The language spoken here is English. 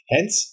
Hence